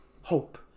Hope